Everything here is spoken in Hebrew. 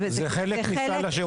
אני